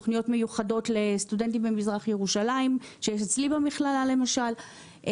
תוכניות מיוחדות לסטודנטים ממזרח ירושלים שיש אצלי במכללה למשל,